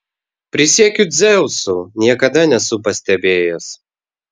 prisiekiu dzeusu niekada nesu pastebėjęs